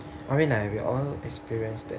I mean like we all experienced that